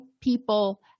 people